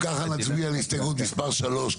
אם ככה נצביע על הסתייגות מספר 3,